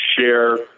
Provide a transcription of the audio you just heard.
share